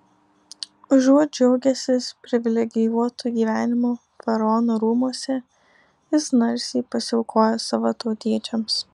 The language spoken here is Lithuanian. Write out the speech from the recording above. užuot džiaugęsis privilegijuotu gyvenimu faraono rūmuose jis narsiai pasiaukoja savo tautiečiams